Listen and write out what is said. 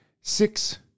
six